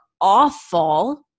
awful